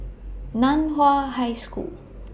NAN Hua High School